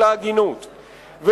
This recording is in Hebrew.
של ההגינות,